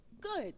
good